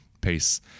peace